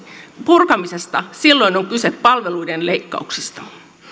purkamisesta vaan silloin on kyse palveluiden leikkauksista